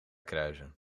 kruisen